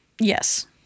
Yes